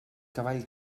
cavall